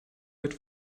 wird